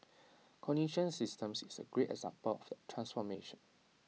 cognitive systems is A great example of the transformation